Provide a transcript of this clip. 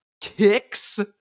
Kicks